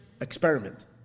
experiment